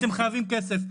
אתם חייבים כסף.